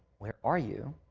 where are you?